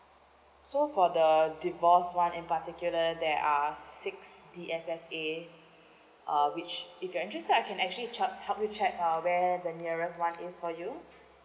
so for the divorce one in particular there are six D_S_S_As uh which if you're interested I can actually char~ help you check uh where the nearest one is for you